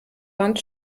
wand